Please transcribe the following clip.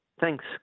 Thanks